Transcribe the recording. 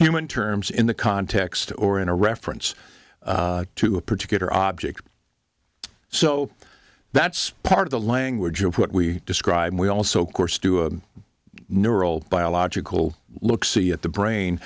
human terms in the context or in a reference to a particular object so that's part of the language of what we describe we also course do a neural biological look see at the brain